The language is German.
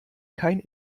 kein